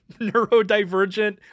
neurodivergent